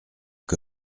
que